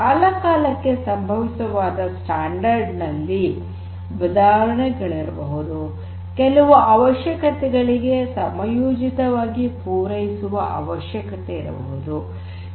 ಕಾಲಕಾಲಕ್ಕೆ ಸಂಭವಿಸಬಹುದಾದ ಸ್ಟ್ಯಾಂಡರ್ಡ್ ನಲ್ಲಿ ಬದಲಾವಣೆಗಳಿರಬಹುದು ಕೆಲವು ಅವಶ್ಯಕತೆಗಳನ್ನು ಸಮಯೋಜಿತವಾಗಿ ಪೂರೈಸುವ ಅವಶ್ಯಕತೆಯಿರಬಹುದು